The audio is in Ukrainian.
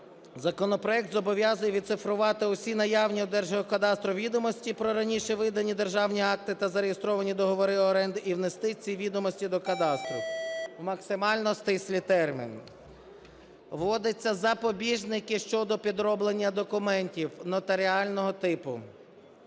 законопроект зобов'язує відцифрувати усі наявні у Держгеокадастру відомості про раніше видані державні акти та зареєстровані договори оренди і внести ці відомості до кадастру в максимально стислий термін, вводяться запобіжники щодо підроблення документів нотаріального типу.